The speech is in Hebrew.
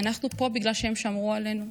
בגלל שהם שמרו עלינו,